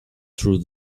through